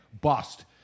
Bust